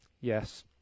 Yes